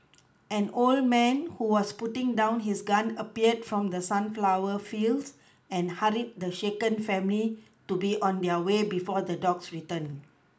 an old man who was putting down his gun appeared from the sunflower fields and hurried the shaken family to be on their way before the dogs return